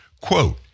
quote